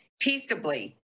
peaceably